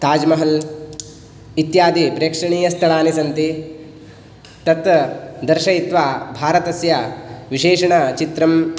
ताज् महल् इत्यादि प्रेक्षणीयस्थलानि सन्ति तत् दर्शयित्वा भारतस्य विशेषणचित्रम्